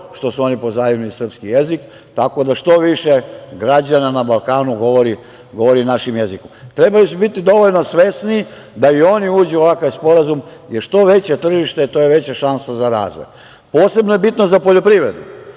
što su oni pozajmili srpski jezik, tako da što više građana na Balkanu govori našim jezikom. Trebali su bili dovoljno svesni da i oni uđu u ovakav sporazum, jer što veće tržište to je veća šansa za razvoj. Posebno je bitno za poljoprivredu